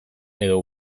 edo